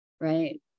right